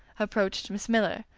approached miss miller,